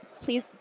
Please